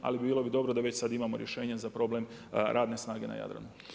Ali bilo bi dobro da već sada imamo rješenje za problem radne snage na Jadranu.